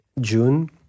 June